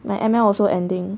my M_L also ending